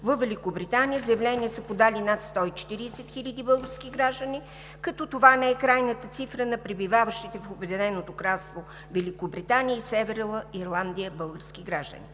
във Великобритания заявление са подали над 140 хил. български граждани, като това не е крайната цифра на пребиваващи в Обединеното кралство Великобритания и Северна Ирландия български граждани.